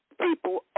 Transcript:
people